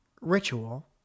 ritual